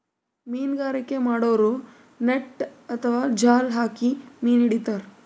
ಮೀನ್ಗಾರಿಕೆ ಮಾಡೋರು ನೆಟ್ಟ್ ಅಥವಾ ಜಾಲ್ ಹಾಕಿ ಮೀನ್ ಹಿಡಿತಾರ್